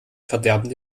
verderben